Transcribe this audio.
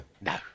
No